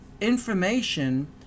information